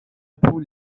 پول